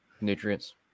nutrients